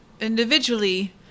individually